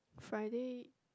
Friday